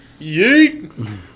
Yeet